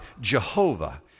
Jehovah